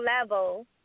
level